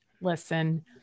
listen